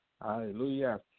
hallelujah